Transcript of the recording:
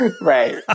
Right